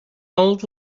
old